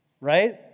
Right